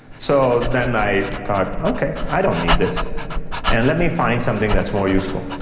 so then i thought, okay, i don't need this and let me find something that's more useful.